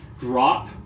drop